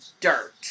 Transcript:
dirt